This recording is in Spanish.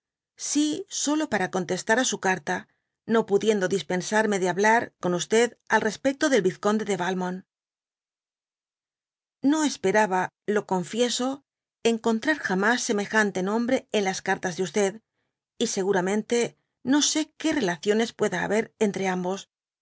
si solo para contestar á su carta fio pudieudo dispensarme de hablar con al reíipecto del vizconde de yalmont ño esperaba lo confieso encontrar jamas emejante nombre en las cartas cft y seguramente no sé que relaciones pueda haber entre ambos